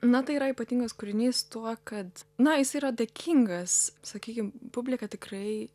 na tai yra ypatingas kūrinys tuo kad na jis yra dėkingas sakykim publika tikrai